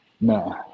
No